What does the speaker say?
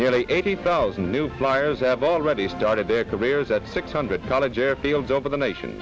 nearly eighty thousand new flyers have already started their careers at six hundred college airfield over the nation